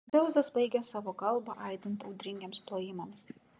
dzeusas baigė savo kalbą aidint audringiems plojimams